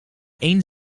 één